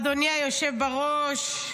אדוני היושב בראש,